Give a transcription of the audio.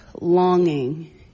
longing